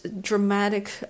dramatic